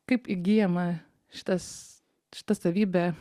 kaip įgyjama šitas šita savybė